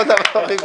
כל הכבוד.